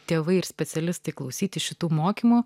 tėvai ir specialistai klausyti šitų mokymų